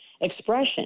expression